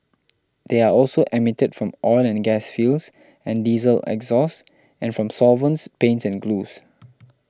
they are also emitted from oil and gas fields and diesel exhaust and from solvents paints and glues